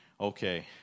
okay